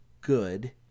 good